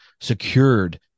secured